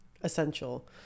essential